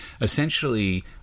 essentially